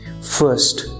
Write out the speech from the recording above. First